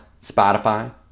Spotify